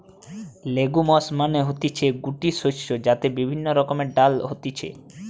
legumes মানে হতিছে গুটি শস্য যাতে বিভিন্ন রকমের ডাল হতিছে